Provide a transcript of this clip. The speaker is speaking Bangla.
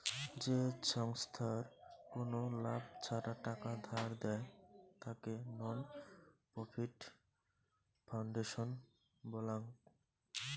যে ছংস্থার কোনো লাভ ছাড়া টাকা ধার দেয়, তাকে নন প্রফিট ফাউন্ডেশন বলাঙ্গ